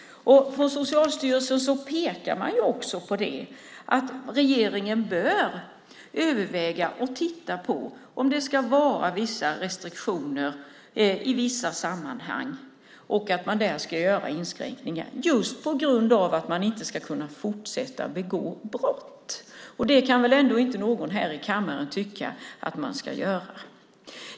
Socialstyrelsen pekar på att regeringen bör överväga att titta på om det ska finnas vissa restriktioner i vissa sammanhang och då göra inskränkningar på de områdena just för att man inte ska kunna fortsätta att begå brott. Ingen i kammaren kan väl tycka att man ska kunna fortsätta med det.